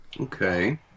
Okay